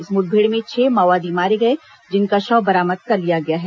इस मुठभेड़ में छह माओवादी मारे गए जिनका शव बरामद कर लिया गया है